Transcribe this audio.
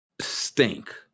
stink